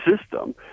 system